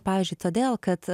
pavyzdžiui todėl kad